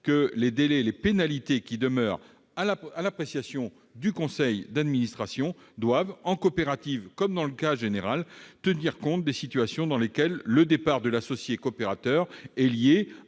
que les délais et les pénalités qui demeurent à l'appréciation du conseil d'administration doivent, en coopérative comme dans le cas général, tenir compte des situations dans lesquelles le départ de l'associé coopérateur est lié